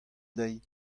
dezhi